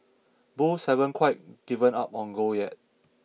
Bulls haven't quite given up on gold yet